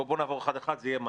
בואו נעבור אחד-אחד, זה יהיה מהר.